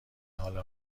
حال